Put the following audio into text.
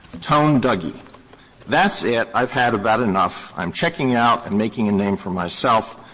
tone dougie that's it. i've had about enough. i'm checking out and making a name for myself.